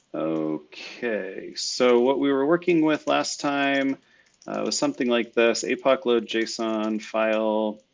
okay, so what we were working with last time was something like this apoc load, json file,